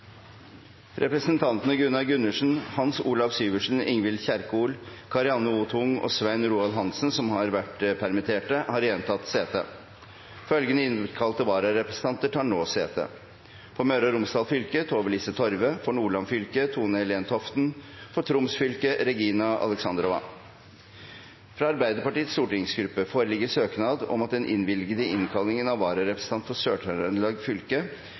Representantene Gunnar Gundersen , Hans Olav Syversen , Ingvild Kjerkol , Karianne O. Tung og Svein Roald Hansen , som har vært permittert, har igjen tatt sete. Følgende innkalte vararepresentanter tar nå sete: For Møre og Romsdal fylke: Tove-Lise Torve For Nordland fylke: Tone-Helen Toften Fra Arbeiderpartiets stortingsgruppe foreligger søknad om at den innvilgede innkallingen av andre vararepresentant for Sør-Trøndelag fylke,